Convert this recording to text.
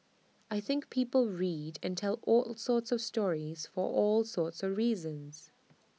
I think people read and tell all sorts of stories for all sorts reasons